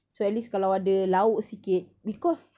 so at least kalau ada lauk sikit because